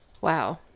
Wow